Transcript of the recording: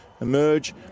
emerge